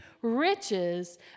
riches